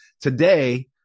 today